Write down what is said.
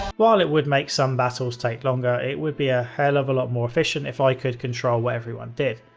while it would make some battles take longer, it would be a hell of a lot more efficient if i could control what everyone did.